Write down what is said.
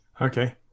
Okay